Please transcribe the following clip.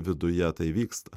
viduje tai vyksta